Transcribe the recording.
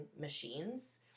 machines